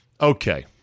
okay